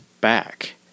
back